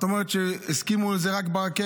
את אומרת שהסכימו על זה רק ברכבת?